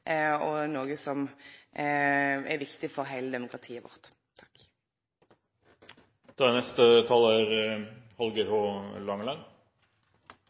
og noko som er viktig for heile demokratiet vårt.